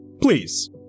Please